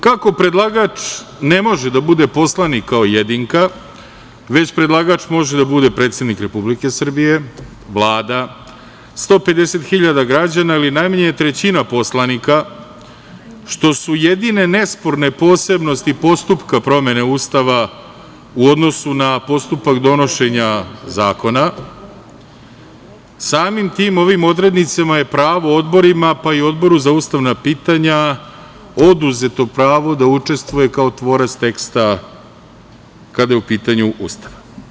Kako predlagač ne može da bude poslanik, kao jedinka, već predlagač može da bude predsednik Republike Srbije, Vlada, 150 hiljada građana ili najmanje trećina poslanika, što su jedine nesporne posebnosti postupka promene Ustava u odnosu na postupak donošenja zakona, samim tim ovim odrednicama je pravo odborima, pa i Odboru za ustavna pitanja oduzeto pravo da učestvuje kao tvorac teksta kada je u pitanju Ustav.